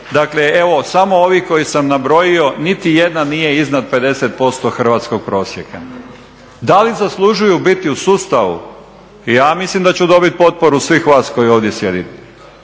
Dakle, evo samo ovi koje sam nabrojio niti jedan nije iznad 50% hrvatskog prosjeka. Da li zaslužuju biti u sustavu? Ja mislim da ću dobit potporu svih vas koji ovdje sjedite,